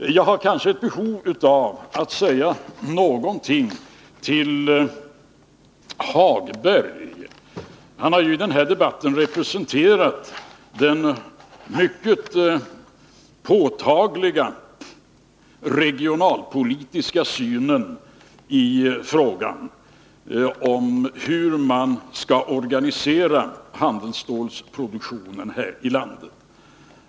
Jag har ett behov av att säga några ord till Lars-Ove Hagberg. Han har ju i debatten företrätt den mycket påtagliga regionalpolitiska synen på frågan om hur man skall organisera handelsstålsproduktionen här i landet.